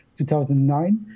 2009